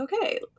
okay